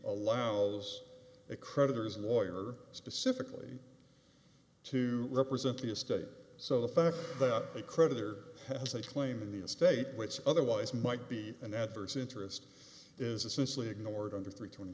allows a creditors lawyer specifically to represent the estate so the fact that a creditor has a claim in the estate which otherwise might be an adverse interest is essentially ignored under three twenty